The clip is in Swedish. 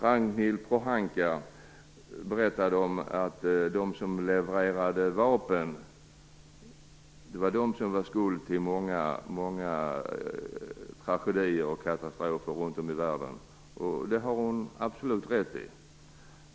Ragnhild Pohanka berättade att de som levererade vapen var skuld till många tragedier och katastrofer runt om i världen. Det har hon absolut rätt i.